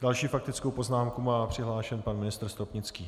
S další faktickou poznámkou je přihlášen pan ministr Stropnický.